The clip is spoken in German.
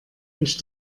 ich